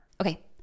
Okay